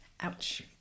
Ouch